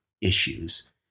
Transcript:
issues